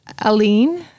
aline